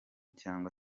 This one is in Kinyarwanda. cyangwa